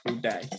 day